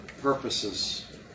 purposes